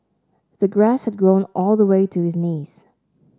the grass had grown all the way to his knees